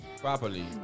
properly